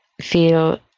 feel